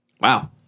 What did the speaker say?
Wow